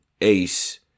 ace